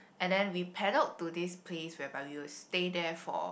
and then we paddled to this place whereby we would stay there for